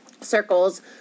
circles